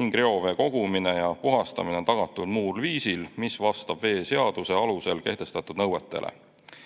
ning reovee kogumine ja puhastamine on tagatud muul viisil, mis vastab veeseaduse alusel kehtestatud nõuetele.